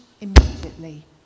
immediately